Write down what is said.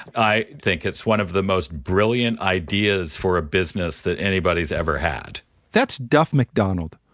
i think it's one of the most brilliant ideas for a business that anybody's ever had that's duff mcdonald,